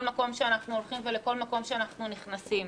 מקום שאנחנו הולכים ולכל מקום שאנחנו נכנסים.